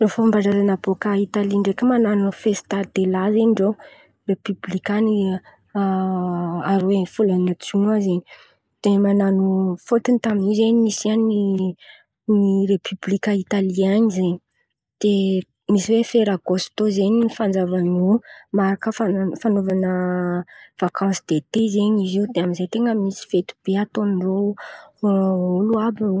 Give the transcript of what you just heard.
Fomban-drazan̈a bôkà Italy ndraiky man̈ano festadelà zen̈y irô repoblika ny aroe ny volan̈a jiona zen̈y. Dia man̈ano fôtony tamin'io zen̈y nisian'ny ny repoblika Italien zen̈y, dia misy hoe freragôstô zen̈y fanjavan-drô marika fana- fanaovana vakansy dete zen̈y izy io dia amin'izay ten̈a misy fety be ataondrô olo àby io.